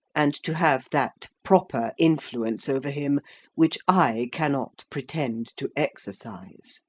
and to have that proper influence over him which i cannot pretend to exercise.